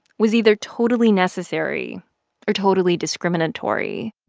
was either totally necessary or totally discriminatory